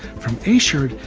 from aschird,